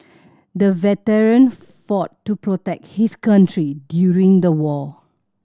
the veteran fought to protect his country during the war